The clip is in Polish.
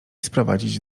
sprowadzić